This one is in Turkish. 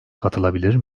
katılabilir